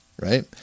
right